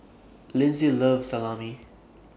Lindsey loves Salami